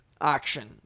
action